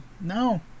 no